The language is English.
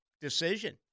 decision